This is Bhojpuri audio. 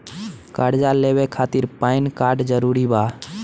कर्जा लेवे खातिर पैन कार्ड जरूरी बा?